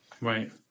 Right